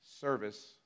service